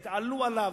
והתעללו בו,